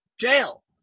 jail